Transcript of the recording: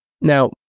Now